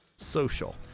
social